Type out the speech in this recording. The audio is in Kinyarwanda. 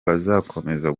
bazakomeza